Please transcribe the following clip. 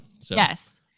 yes